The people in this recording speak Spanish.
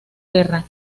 guerra